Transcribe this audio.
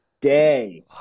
day